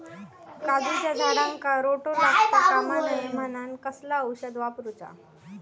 काजूच्या झाडांका रोटो लागता कमा नये म्हनान कसला औषध वापरूचा?